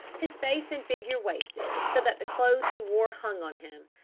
his face and figure wasted, so that the clothes he wore hung on him.